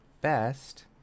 best